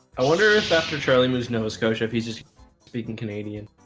i wonder if after charlie moves nova scotia if he's just speaking canadian